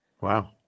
wow